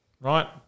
right